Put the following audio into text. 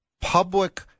public